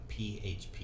php